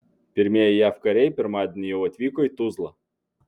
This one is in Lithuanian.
pirmieji jav kariai pirmadienį jau atvyko į tuzlą